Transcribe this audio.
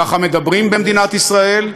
ככה מדברים במדינת ישראל,